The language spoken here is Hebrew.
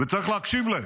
וצריך להקשיב להם.